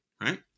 right